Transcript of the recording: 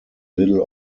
little